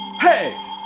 Hey